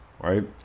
right